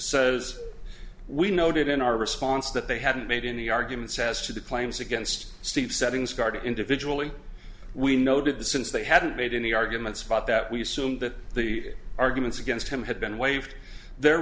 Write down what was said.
says we noted in our response that they hadn't made any arguments as to the claims against steve settings guard individually we noted that since they hadn't made any arguments about that we assume that the arguments against him had been waived their